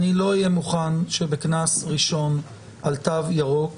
אני לא אהיה מוכן שבקנס ראשון על תו ירוק